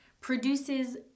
produces